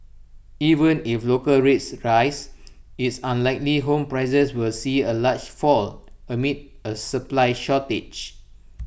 even if local rates rise it's unlikely home prices will see A large fall amid A supply shortage